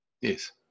Yes